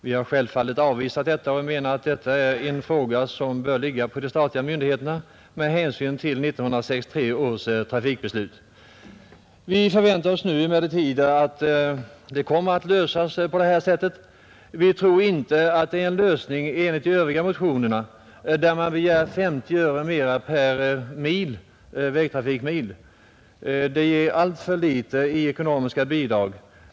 Vi har självfallet avvisat detta och menat att det är en uppgift som med hänsyn till 1963 års trafikbeslut bör ligga på de statliga myndigheterna. Vi förväntar oss nu emellertid att frågan kommer att lösas på angivet sätt. Vi tror inte att det som föreslås i de övriga motionerna innebär en lösning. Man begär där 50 öre per vägtrafikmil, vilket är ett alltför litet ekonomiskt bidrag.